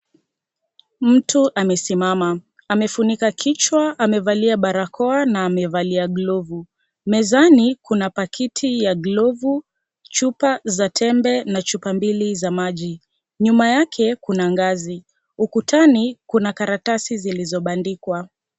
Mtu amesimama. Amefunika kichwa. Amevalia barakoa na amevalia glovu. Mezani kuna pakiti ya glovu, chupa za tembe na chupa mbili za maji. Nyuma yake kuna ngazi. Ukutani kuna karatasi zilizobandikwa.